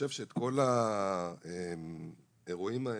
חושב שכל האירועים האלה,